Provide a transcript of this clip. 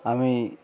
আমি